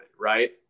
right